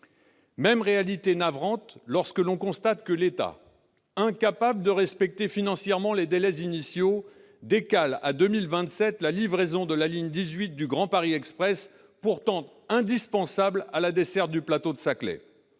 Même réalité navrante, lorsque l'on constate que l'État, incapable de respecter financièrement les délais initiaux, décale à 2027 la livraison de la ligne 18 du Grand Paris Express, pourtant indispensable à la déserte du plateau de Saclay.